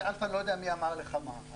אף אחד לא יודע מי אמר לך מה.